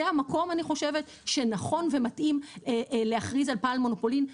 זה המקום אני חושבת שנכון ומתאים להכריז על בעל מונופולין,